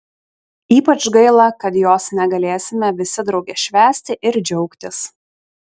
ypač gaila kad jos negalėsime visi drauge švęsti ir džiaugtis